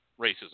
racism